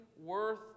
worth